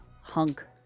hunk